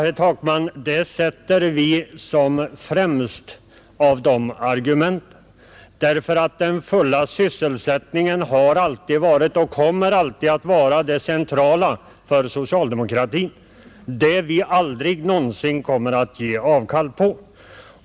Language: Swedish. Ja, herr Takman, det sätter vi främst av argumenten, därför att den fulla sysselsättningen alltid har varit och alltid kommer att vara det centrala för socialdemokratin — det vi aldrig någonsin kommer att ge avkall på.